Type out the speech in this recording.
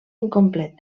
incomplet